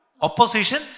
opposition